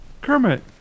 Kermit